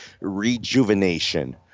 rejuvenation